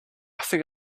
think